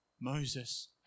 Moses